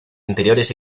interiores